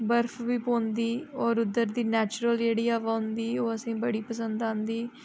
बर्फ बी पौंदी होर उद्धर दी नेचुरल जेह्ड़ी हवा होंदी ओह् असेंगी बड़ी पसंद आंदी